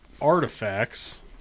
artifacts